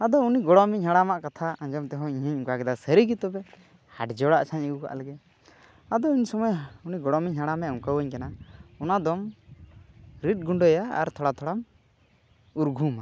ᱟᱫᱚ ᱩᱱᱤ ᱜᱚᱲᱚᱢ ᱤᱧ ᱦᱟᱲᱢᱟᱜ ᱠᱟᱛᱷᱟ ᱟᱸᱡᱚᱢ ᱛᱮᱦᱚᱸ ᱤᱧ ᱦᱚᱸᱧ ᱚᱱᱠᱟ ᱠᱮᱫᱟ ᱥᱟᱹᱨᱤ ᱜᱮ ᱛᱚᱵᱮ ᱦᱟᱴ ᱡᱚᱲᱟᱜ ᱟᱹᱜᱩ ᱠᱟᱜ ᱞᱮᱜᱮ ᱟᱫᱚ ᱤᱧ ᱥᱚᱢᱚᱭ ᱩᱱᱤ ᱜᱚᱲᱚᱢᱤᱧ ᱦᱟᱲᱟᱢᱮ ᱚᱱᱠᱟᱧ ᱠᱟᱱᱟ ᱚᱱᱟ ᱫᱚᱢ ᱨᱤᱫ ᱜᱩᱰᱟᱹᱭᱟ ᱟᱨ ᱛᱷᱚᱲᱟ ᱛᱷᱚᱲᱟᱢ ᱩᱨᱜᱷᱩᱢ